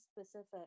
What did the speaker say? specific